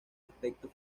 aspecto